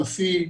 הנשיא,